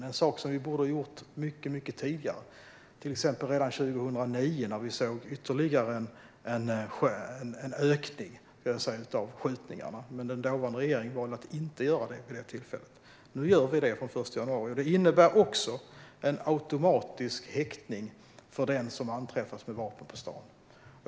Det är en sak som vi borde ha gjort mycket tidigare, till exempel redan 2009 när vi såg ytterligare en ökning av skjutningarna. Men den dåvarande regeringen valde vid detta tillfälle att inte göra det. Nu gör vi det från den 1 januari. Detta innebär också en automatisk häktning för den som anträffas med vapen på stan.